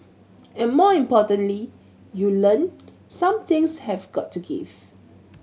and more importantly you learn some things have got to give